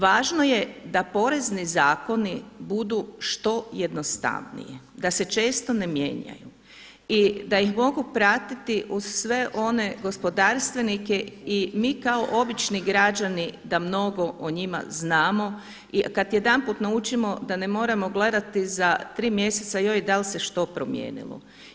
Važno je da porezni zakoni budu što jednostavniji, da se često ne mijenjaju i da ih mogu pratiti uz sve one gospodarstvenike i mi kao obični građani da mnogo o njima znamo i kada jedanput naučimo da ne moramo gledati za 3 mjeseca joj da li se što promijenilo.